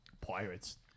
Pirates